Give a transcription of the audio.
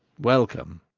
welcome!